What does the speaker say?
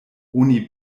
oni